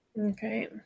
Okay